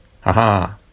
Ha-ha